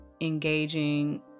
engaging